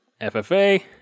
FFA